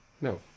No